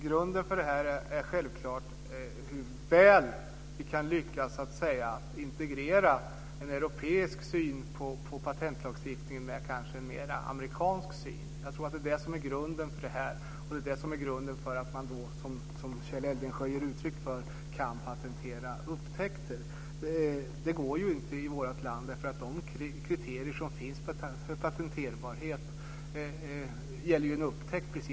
Fru talman! Grunden är hur väl vi kan lyckas integrera en europeisk syn på patentlagstiftning med en mer amerikansk syn. Det är grunden för att man kan patentera upptäckter, som Kjell Eldensjö säger. Det går inte i vårt land. De kriterier som finns för patenterbarhet gäller uppfinningar.